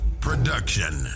production